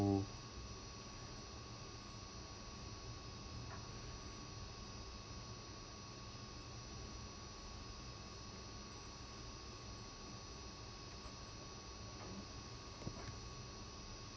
oh